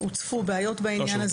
הוצפו בעיות בעניין הזה.